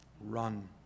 Run